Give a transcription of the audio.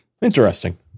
Interesting